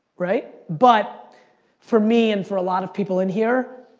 right? but for me and for a lot of people in here,